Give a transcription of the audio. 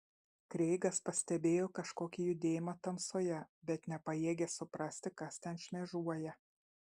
kreigas pastebėjo kažkokį judėjimą tamsoje bet nepajėgė suprasti kas ten šmėžuoja